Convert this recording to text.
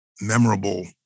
memorable